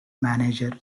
manager